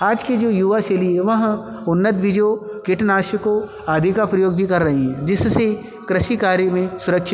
आज के जो युवा शैली है वह उन्नत बीजों कीटनाशकों आदि का प्रयोग भी कर रहे हैं जिससे कृषि कार्य में सुरक्षित